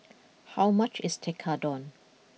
how much is Tekkadon